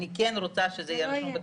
אני כן רוצה שזה יהיה רשום בתקנות,